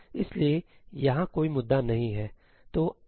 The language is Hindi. इसलिए यहां कोई मुद्दा नहीं है